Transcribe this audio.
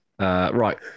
Right